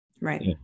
right